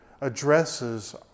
addresses